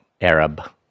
Arab